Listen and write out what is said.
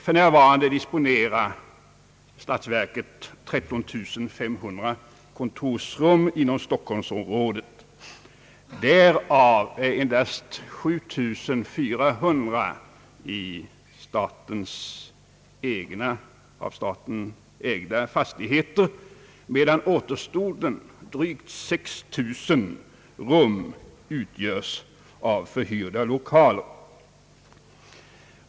För närvarande disponerar statsverket 13500 kontorsrum inom stockholmsområdet. Därav finns endast 7 400 i av staten ägda fastigheter medan återstoden, drygt 6 000 rum, utgöres av förhyrda lokaler.